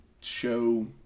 show